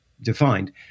defined